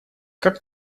как